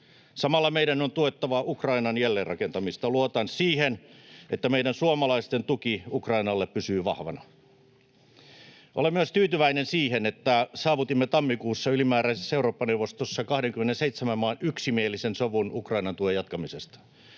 Samalla meidän on tuettava Ukrainan jälleenrakentamista. Luotan siihen, että meidän suomalaisten tuki Ukrainalle pysyy vahvana. Olen myös erittäin tyytyväinen siihen, että saavutimme tammikuussa ylimääräisessä Eurooppa-neuvostossa 27 maan yksimielisen sovun Ukrainan tuen jatkamisesta.